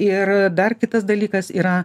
ir dar kitas dalykas yra